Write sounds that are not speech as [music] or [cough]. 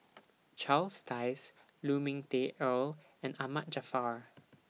[noise] Charles Dyce Lu Ming Teh Earl and Ahmad Jaafar